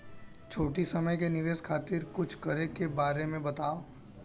छोटी समय के निवेश खातिर कुछ करे के बारे मे बताव?